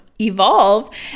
evolve